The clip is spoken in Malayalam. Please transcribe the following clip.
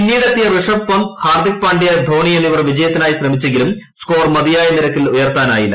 പിന്നീടെത്തിയ ഋഷഭ് പന്ത്ഹാർദിക് പാണ്ഡ്യ ധോണി എന്നിവർ ജയത്തിനായി ശ്രമിച്ചെങ്കിലും സ്കോർ മതിയായ നിരക്കിൽ ഉയർത്താനായില്ല